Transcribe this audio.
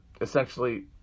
essentially